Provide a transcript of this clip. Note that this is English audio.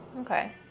Okay